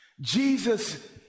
Jesus